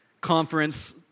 conference